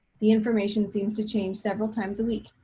the information seems to change several times a week,